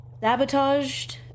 sabotaged